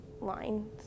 lines